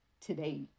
today